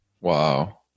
Wow